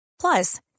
Plus